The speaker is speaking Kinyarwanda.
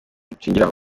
nshingiraho